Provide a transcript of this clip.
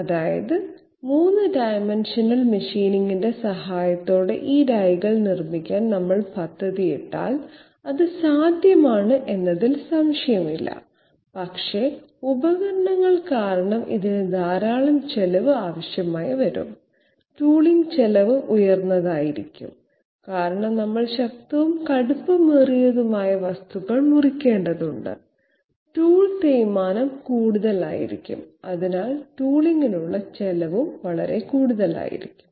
അതായത് 3 ഡൈമൻഷണൽ മെഷീനിംഗിന്റെ സഹായത്തോടെ ഈ ഡൈകൾ നിർമ്മിക്കാൻ നമ്മൾ പദ്ധതിയിട്ടാൽ അത് സാധ്യമാണ് എന്നതിൽ സംശയമില്ല പക്ഷേ ഉപകരണങ്ങൾ കാരണം ഇതിന് ധാരാളം ചെലവ് ആവശ്യമായി വരും ടൂളിംഗ് ചെലവ് ഉയർന്നതായിരിക്കും കാരണം നമ്മൾ ശക്തവും കടുപ്പമേറിയതുമായ വസ്തുക്കൾ മുറിക്കേണ്ടതുണ്ട് ടൂൾ തേയ്മാനം കൂടുതലായിരിക്കും അതിനാൽ ടൂളിങ്ങിനുള്ള ചെലവ് വളരെ കൂടുതലായിരിക്കും